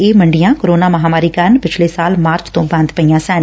ਇਹ ਮੰਡੀਆਂ ਕੋਰੋਨਾ ਮਹਾਂਮਾਰੀ ਕਾਰਨ ਪਿਛਲੇ ਸਾਲ ਮਾਰਚ ਤੋਂ ਬੰਦ ਪਈਆਂ ਸਨ